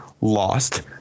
lost